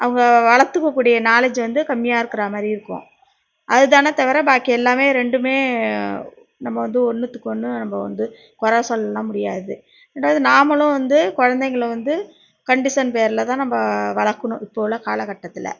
அவங்க வளர்த்துக்க கூடிய நாலேஜ்ஜு வந்து கம்மியா இருக்குற மாதிரி இருக்கும் அதுதான் தவிர பாக்கி எல்லாமே ரெண்டுமே நம்ப வந்து ஒன்றுத்துக்கு ஒன்று நம்ப வந்து கொறை சொல்லலாம் முடியாது ரெண்டாவது நாமளும் வந்து குழந்தைங்கள வந்து கண்டிஷன் பேரில் தான் நம்ப வளர்க்கணும் இப்போ உள்ள காலக்கட்டத்தில்